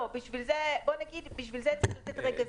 לא, בשביל זה צריך לתת את הזמן.